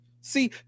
See